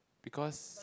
because